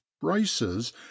braces